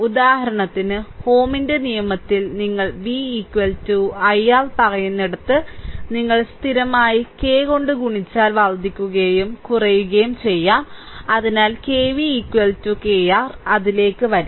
ഉദാഹരണത്തിന് Ω ന്റെ നിയമത്തിൽ നിങ്ങൾ v i R പറയുന്നിടത്ത് നിങ്ങൾ സ്ഥിരമായ k കൊണ്ട് ഗുണിച്ചാൽ വർദ്ധിക്കുകയും കുറയുകയും ചെയ്യാം അതിനാൽ KV KR അതിലേക്ക് വരും